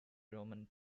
roman